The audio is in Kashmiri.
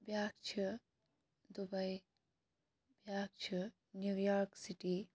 بیاکھ چھِ دُبیۍ بیاکھ چھِ نیویارٕک سِٹی